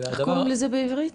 איך קוראים לזה בעברית?